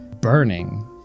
burning